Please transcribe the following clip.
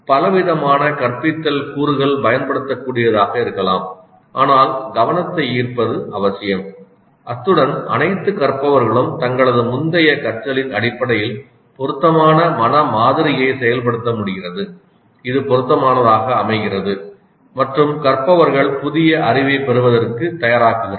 பலவிதமான கற்பித்தல் கூறுகள் பயன்படுத்தக்கூடியதாக இருக்கலாம் ஆனால் கவனத்தை ஈர்ப்பது அவசியம் அத்துடன் அனைத்து கற்பவர்களும் தங்களது முந்தைய கற்றலின் அடிப்படையில் பொருத்தமான மன மாதிரியை செயல்படுத்த முடிகிறது இது பொருத்தமானதாக அமைகிறது மற்றும் கற்பவர்கள் புதிய அறிவைப் பெறுவதற்கு தயாராக்குகிறது